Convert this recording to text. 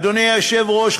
אדוני היושב-ראש,